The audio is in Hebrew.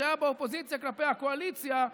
שהיה באופוזיציה כלפי הקואליציה,